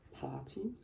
parties